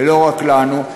ולא רק לנו,